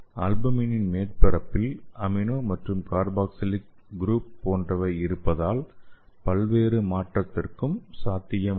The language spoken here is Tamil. அல்புமின் இன் மேற்பரப்பில் அமினோ மற்றும் கார்பாக்சிலிக் குரூப் போன்றவை இருப்பதனால் பல்வேறு மாற்றத்திற்கும் சாத்தியம் உண்டு